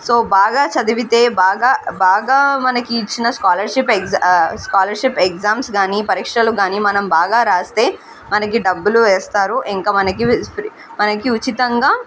so బాగా చదివితే బాగా బాగా మనకి ఇచ్చిన స్కాలర్షిప్ ఎగ్జ్ స్కాలర్షిప్ ఎగ్జామ్స్ కానీ పరీక్షలు కానీ మనం బాగా రాస్తే మనకి డబ్బులు వేస్తారు ఇంక మనకి ఫ్రీ మనకి ఉచితంగా